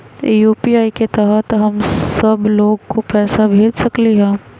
UPI के तहद हम सब लोग को पैसा भेज सकली ह?